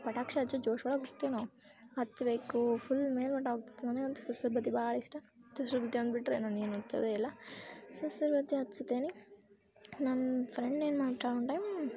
ಪಟಾಕಿ ಹಚ್ಚೊ ಜೋಶೊಳಗೆ ಹೋಕ್ತೆವ್ ನಾವು ಹಚ್ಚಬೇಕು ಫುಲ್ ಮೇಲ್ಮಟ್ಟ ನನಗಂತೂ ಸುಸ್ಸುರು ಬತ್ತಿ ಭಾಳ ಇಷ್ಟ ಸುರ್ಸುರು ಬತ್ತಿ ಒಂದು ಬಿಟ್ರೆ ನಾನೇನೂ ಹಚ್ಚೋದೇ ಇಲ್ಲ ಸುರ್ಸುರು ಬತ್ತಿ ಹಚ್ತೇನೆ ನನ್ನ ಫ್ರೆಂಡ್ ಏನು